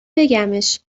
بگمش